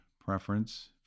preference